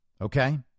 okay